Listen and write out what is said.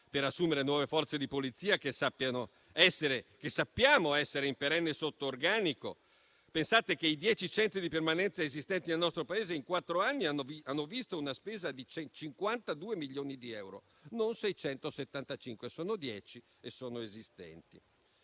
per assumere nuove Forze di polizia, che sappiamo essere in perenne sotto organico. Pensate che i dieci centri di permanenza esistenti nel nostro Paese, in quattro anni, hanno visto una spesa di 152 milioni di euro, non di 675. Farei poi